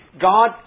God